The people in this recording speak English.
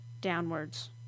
downwards